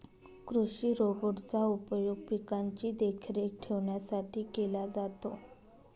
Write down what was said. कृषि रोबोट चा उपयोग पिकांची देखरेख ठेवण्यासाठी केला जातो